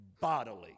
bodily